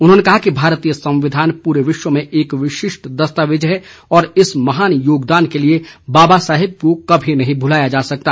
उन्होंने कहा कि भारतीय संविधान पूरे विश्व में एक विशिष्ट दस्तावेज है और इस महान योगदान के लिए बाबा साहेब को कभी नहीं भुलाया जा सकता